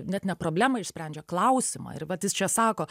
net ne problemą išsprendžia klausimą ir vat jis čia sako